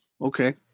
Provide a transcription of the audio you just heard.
Okay